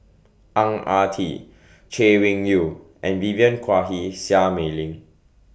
Ang Ah Tee Chay Weng Yew and Vivien Quahe Seah Mei Lin